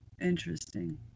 Interesting